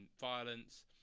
violence